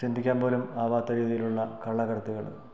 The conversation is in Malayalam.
ചിന്തിക്കാൻ പോലും ആകാത്ത രീതിയിലുള്ള കള്ളക്കടത്തുകൾ